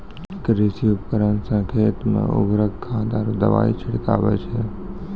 कृषि उपकरण सें खेत मे उर्वरक खाद आरु दवाई छिड़कावै छै